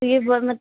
तो ये